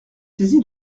saisi